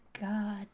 god